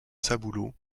saboulot